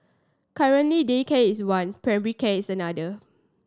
currently daycare is one primary care is another